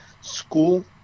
school